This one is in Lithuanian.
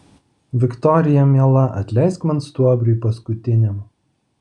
viktorija miela atleisk man stuobriui paskutiniam